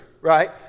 right